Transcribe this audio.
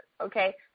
okay